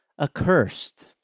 accursed